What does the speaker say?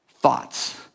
thoughts